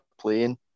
playing